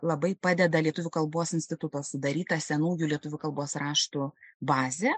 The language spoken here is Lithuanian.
labai padeda lietuvių kalbos instituto sudaryta senųjų lietuvių kalbos raštų bazė